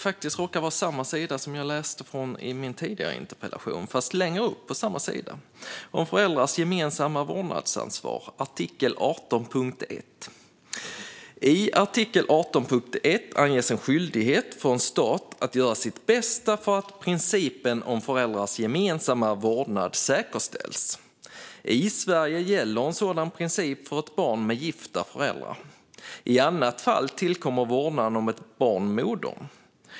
Det råkar vara samma sida som jag läste på i min tidigare interpellationsdebatt. Det som jag nu ska läsa står längre upp på samma sida. Det handlar om föräldrars gemensamma vårdnadsansvar, artikel 18.1: "I artikel 18.1 anges en skyldighet för en stat att göra sitt bästa för att principen om föräldrarnas gemensamma vårdnad säkerställs. I Sverige gäller en sådan princip för ett barn med gifta föräldrar. I annat fall tillkommer vårdnaden om ett barn modern.